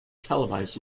televised